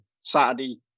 Saturday